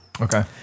Okay